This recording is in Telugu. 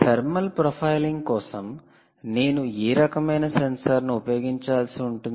థర్మల్ ప్రొఫైలింగ్ కోసం నేను ఏ రకమైన సెన్సార్ను ఉపయోగించాల్సి ఉంటుంది